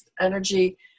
energy